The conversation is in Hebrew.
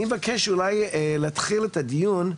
אני מבקש להתחיל את הדיון.